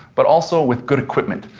but also with good equipment.